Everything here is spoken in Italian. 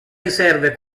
riserve